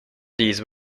these